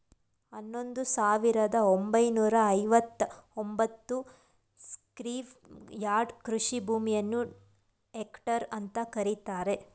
ಹನ್ನೊಂದು ಸಾವಿರದ ಒಂಬೈನೂರ ಐವತ್ತ ಒಂಬತ್ತು ಸ್ಕ್ವೇರ್ ಯಾರ್ಡ್ ಕೃಷಿ ಭೂಮಿಯನ್ನು ಹೆಕ್ಟೇರ್ ಅಂತ ಕರೀತಾರೆ